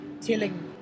tilling